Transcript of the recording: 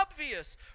obvious